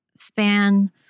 span